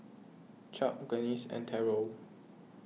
Chuck Glennis and Terrell